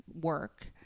work